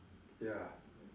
ya